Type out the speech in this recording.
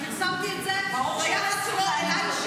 פרסמתי את זה בבית משפט עליון --- בבקשה,